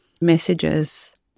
messages